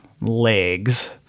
legs